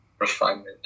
refinement